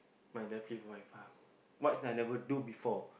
my lovely wife ah what I never do before